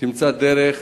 שתמצא דרך